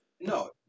No